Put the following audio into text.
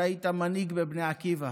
אתה היית מנהיג בבני עקיבא,